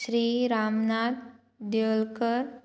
Shri Ramnath Devalkar